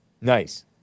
Nice